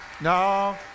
No